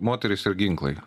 moterys ir ginklai